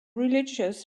religious